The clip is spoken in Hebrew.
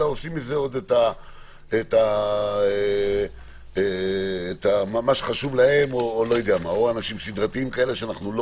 אלא עושים מזה את מה שחשוב להם או אנשים סדרתיים כאלה שאנחנו לא